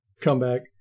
comeback